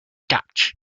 dutch